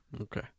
Okay